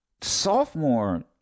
sophomore